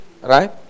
right